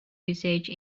usage